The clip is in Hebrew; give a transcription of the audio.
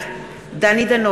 גברתי תמשיך.